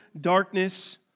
darkness